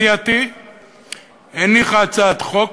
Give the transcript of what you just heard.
סיעתי הניחה הצעת חוק